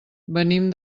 venim